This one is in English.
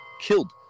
killed